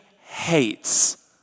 hates